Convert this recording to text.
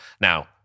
now